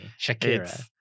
Shakira